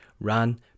ran